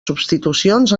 substitucions